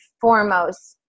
foremost